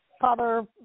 Father